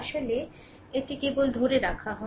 আসলে এটি কেবল ধরে রাখা হয়